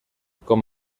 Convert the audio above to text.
com